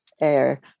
air